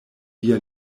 via